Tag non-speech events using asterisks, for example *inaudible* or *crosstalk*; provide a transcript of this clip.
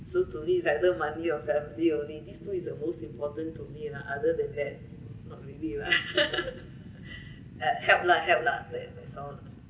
so today's either money or family only these two is the most important to me lah other than that not really really *laughs* at help lah help lah that that's all